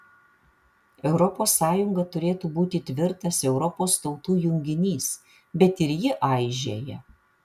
europos sąjunga turėtų būti tvirtas europos tautų junginys bet ir ji aižėja